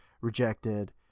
rejected